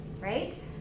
Right